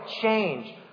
Change